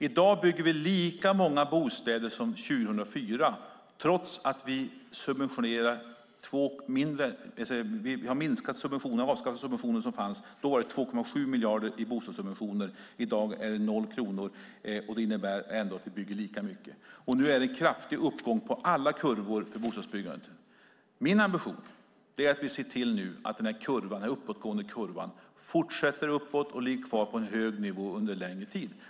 I dag bygger vi lika många bostäder som 2004 trots att vi har avskaffat de subventioner som fanns. Då var det 2,7 miljarder i bostadssubventioner, och i dag är det noll kronor. Det innebär ändå att vi bygger lika mycket. Nu är det en kraftig uppgång på alla kurvor för bostadsbyggandet. Min ambition är att nu se till att den uppåtgående kurvan fortsätter uppåt och ligger kvar på hög nivå under längre tid.